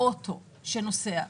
האוטו שנוסע,